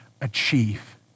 achieve